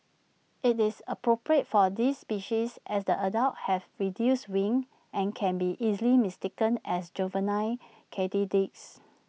IT is appropriate for this species as the adults have reduced wings and can be easily mistaken as juvenile katydids